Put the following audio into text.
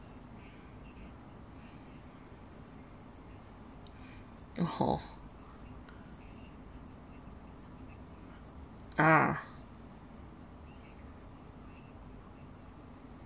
!oho! ah